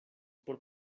por